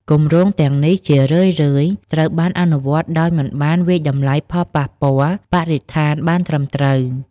គម្រោងទាំងនេះជារឿយៗត្រូវបានអនុវត្តដោយមិនបានវាយតម្លៃផលប៉ះពាល់បរិស្ថានបានត្រឹមត្រូវ។